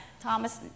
Thomas